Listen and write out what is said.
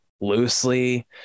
loosely